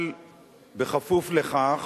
אבל בכפוף לכך